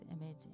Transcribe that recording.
image